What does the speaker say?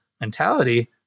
mentality